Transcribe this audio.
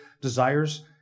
desires